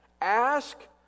Ask